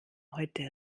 heute